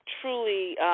truly